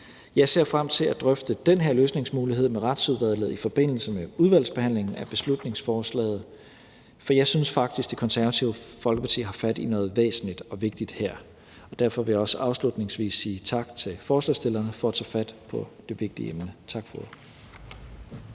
Jeg ser frem til at drøfte den her løsningsmulighed med Retsudvalget i forbindelse med udvalgsbehandlingen af beslutningsforslaget, for jeg synes faktisk, at Det Konservative Folkeparti har fat i noget væsentligt og vigtigt her. Derfor vil jeg også afslutningsvis sige tak til forslagsstillerne for at tage fat på det vigtige emne. Tak for ordet.